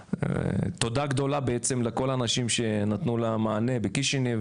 תודה גדולה בעצם לכל האנשים שנתנו לה מענה בקישינב,